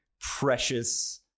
precious